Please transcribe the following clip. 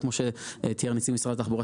וכמו שתיאר נציג משרד התחבורה,